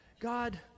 God